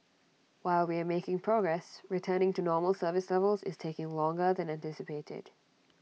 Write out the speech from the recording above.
while we are making progress returning to normal service levels is taking longer than anticipated